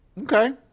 Okay